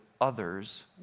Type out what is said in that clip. others